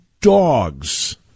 dogs